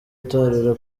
itorero